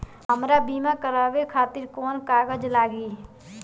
हमरा बीमा करावे खातिर कोवन कागज लागी?